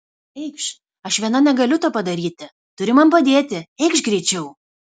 eikš aš viena negaliu to padaryti turi man padėti eikš greičiau